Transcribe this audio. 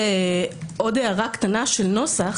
עוד הערה קטנה של נוסח,